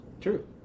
True